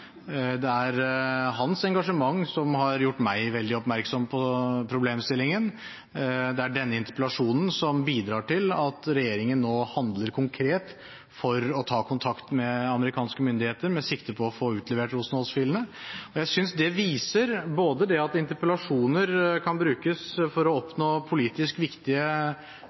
Det er hans engasjement som har gjort meg veldig oppmerksom på problemstillingen, og det er denne interpellasjonen som bidrar til at regjeringen nå handler konkret for å ta kontakt med amerikanske myndigheter med sikte på å få utlevert Rosenholz-filene. Jeg synes det viser at interpellasjoner kan brukes for å oppnå politisk viktige